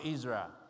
Israel